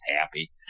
happy